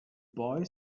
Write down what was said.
boy